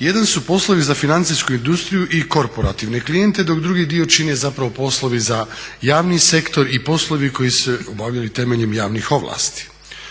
Jedan su poslovi za financijsku industriju i korporativne klijente, dok drugi dio čine zapravo poslovi za javni sektor i poslovi koji se obavljaju temeljem javnih ovlasti.